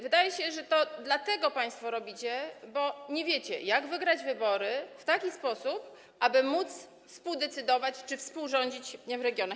Wydaje się, że dlatego państwo to robicie, że nie wiecie, jak wygrać wybory w taki sposób, aby móc współdecydować czy współrządzić w regionach.